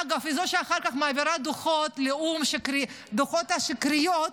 אגב, היא זו שאחר כך מעבירה דוחות שקריים לאו"ם,